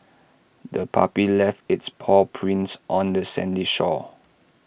the puppy left its paw prints on the sandy shore